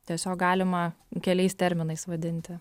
tiesiog galima keliais terminais vadinti